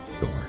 door